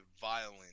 violent